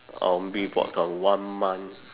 or maybe about one month